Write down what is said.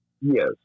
Yes